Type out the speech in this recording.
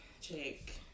Jake